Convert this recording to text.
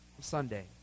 Sunday